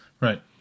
Right